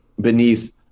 beneath